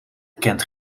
kent